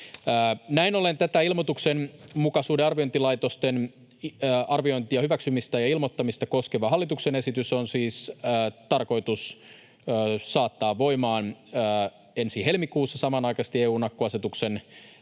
Näin ollen tämä vaatimustenmukaisuuden arviointilaitosten arviointia, hyväksymistä ja ilmoittamista koskeva hallituksen esitys on siis tarkoitus saattaa voimaan ensi helmikuussa samanaikaisesti EU:n akkuasetuksen